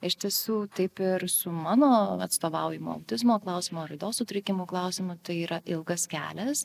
iš tiesų taip ir su mano atstovaujama autizmo klausimo raidos sutrikimų klausimu tai yra ilgas kelias